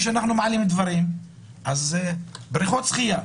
בריכות שחייה.